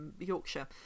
Yorkshire